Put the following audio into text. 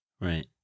Right